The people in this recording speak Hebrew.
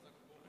כנסת נכבדה,